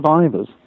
survivors